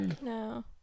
No